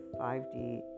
5d